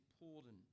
important